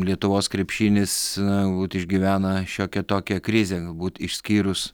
lietuvos krepšinis galbūt išgyvena šiokią tokią krizę galbūt išskyrus